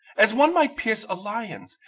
as one might pierce a lion's,